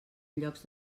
llocs